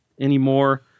anymore